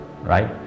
right